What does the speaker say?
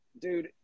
dude